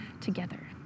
together